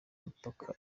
mipaka